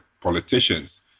politicians